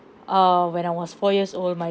err when I was four years old my